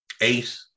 eight